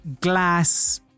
glass